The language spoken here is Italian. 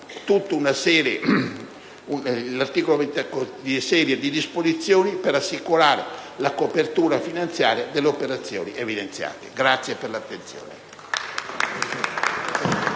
tutta una serie di disposizioni per assicurare la copertura finanziaria delle operazioni evidenziate. *(Applausi